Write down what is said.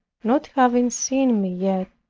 not having seen me yet,